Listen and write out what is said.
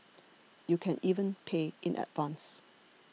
you can even pay in advance